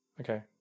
Okay